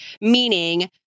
Meaning